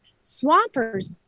swampers